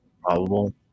probable